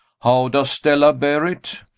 how does stella bear it?